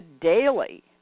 daily